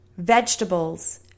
vegetables